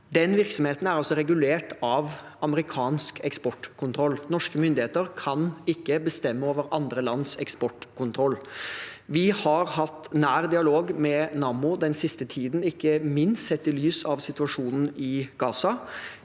Den virksomheten er regulert av amerikansk eksportkontroll. Norske myndigheter kan ikke bestemme over andre lands eksportkontroll. Vi har hatt nær dialog med Nammo den siste tiden, ikke minst sett i lys av situasjonen i Gaza.